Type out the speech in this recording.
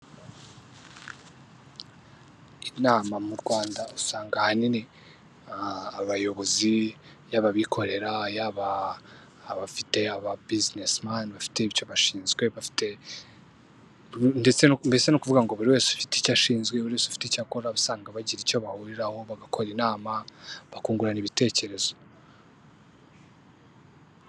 Inama mu Rwanda usanga ahanini abayobozi yaba abikorera yaba abafite aba businessman bafite icyo bashinzwe bafite, ndetse no ukuvuga ngo buri wese ufite icyo ashinzwe, buri wese ufite icyo akora, usanga bagira icyo bahuriraho bagakora inama bakungurana ibitekerezo.